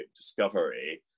discovery